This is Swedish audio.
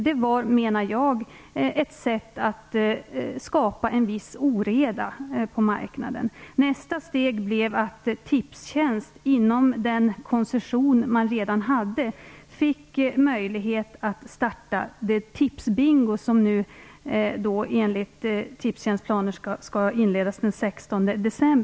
Det var, menar jag, ett sätt att skapa en viss oreda på marknaden. Nästa steg blev att Tipstjänst inom ramen för den koncession man redan hade fick möjlighet att starta det Tipsbingo som nu enligt Tipstjänst skall inledas den 16 december.